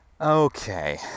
Okay